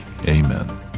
amen